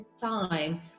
time